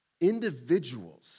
Individuals